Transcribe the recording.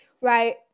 right